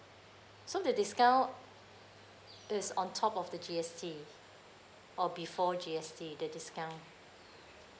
so the discount is on top of the G_S_T or before G_S_T the discount